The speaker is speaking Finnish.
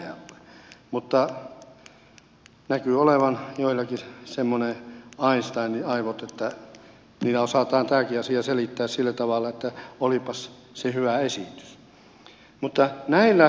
mutta näkyy olevan joillakin semmoiset einsteinin aivot että niillä osataan tämäkin asia selittää sillä tavalla että olipas se hyvä esitys